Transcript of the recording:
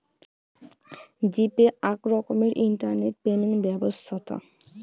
জি Pay আক রকমের internet payment ব্যবছ্থা